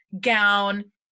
gown